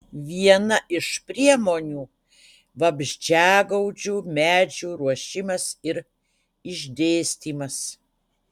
viena iš priemonių vabzdžiagaudžių medžių ruošimas ir išdėstymas